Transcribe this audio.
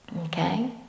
okay